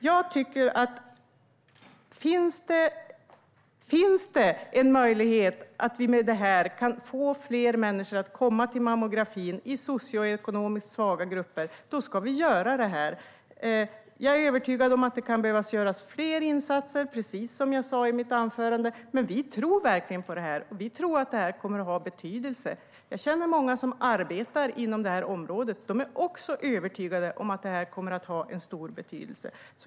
Om det finns en möjlighet att vi i och med detta kan få fler människor i socioekonomiskt svaga grupper att komma till mammografin ska vi göra det. Jag är övertygad om att det kan behöva göras fler insatser, precis som jag sa i mitt anförande. Men vi tror verkligen på det här; vi tror att det kommer att ha betydelse. Jag känner många som arbetar inom området, och de är också övertygade om att detta kommer att ha stor betydelse.